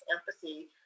empathy